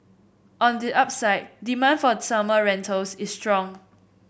on the upside demand for summer rentals is strong